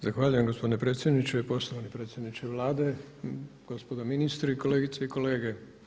Zahvaljujem gospodine predsjedniče, poštovani predsjedniče Vlade, gospodo ministri, kolegice i kolege.